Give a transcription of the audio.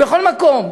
בכל מקום,